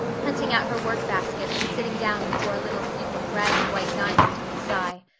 hunting out her workbasket and sitting down before a little heap of red and white diamonds with a sigh.